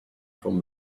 from